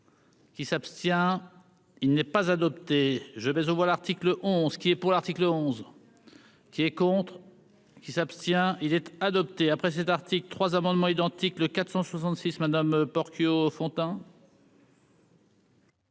Qui s'abstient, il n'est pas adopté, je vais aux voix, l'article 11 qui est pour l'article 11 qui et contre qui s'abstient, il était adopté, après cet article trois amendements identiques, le 466 madame Portillo Fontan.